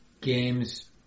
games